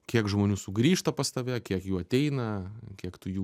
kiek žmonių sugrįžta pas tave kiek jų ateina kiek tu jų